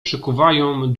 przykuwają